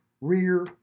rear